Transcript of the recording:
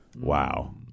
Wow